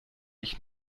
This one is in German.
ich